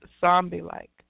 zombie-like